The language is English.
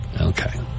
Okay